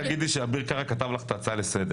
אביר קארה: רק תגידי שאביר קארה כתב לך את ההצעה לסדר.